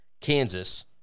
Kansas